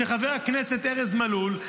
שחבר הכנסת ארז מלול,